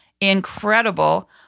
incredible